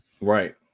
Right